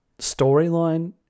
storyline